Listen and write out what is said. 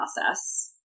process